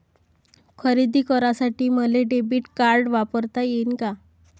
खरेदी करासाठी मले डेबिट कार्ड वापरता येईन का?